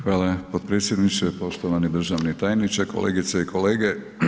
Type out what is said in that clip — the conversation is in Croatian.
Hvala potpredsjedniče, poštovani državni tajniče, kolegice i kolege.